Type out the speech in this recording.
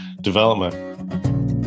development